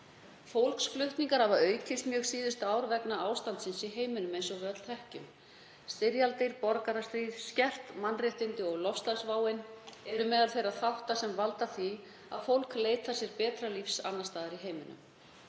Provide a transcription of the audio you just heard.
Fólksflutningar hafa aukist mjög síðustu ár vegna ástandsins í heiminum eins og við þekkjum. Styrjaldir, borgarastríð, skert mannréttindi og loftslagsvá eru meðal þeirra þátta sem valda því að fólk leitar sér betra lífs annars staðar í heiminum.